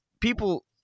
people